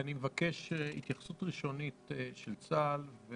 אני מבקש התייחסות ראשונית של צה"ל.